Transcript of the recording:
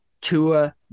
Tua